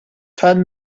told